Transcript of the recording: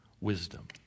wisdom